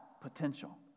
potential